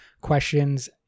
questions